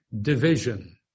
division